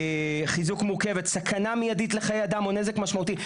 חיזוק מורכבת סכנה מיידית לחיי אדם או נזק משמעותי,